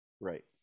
Right